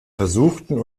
versuchten